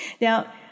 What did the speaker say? Now